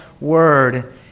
word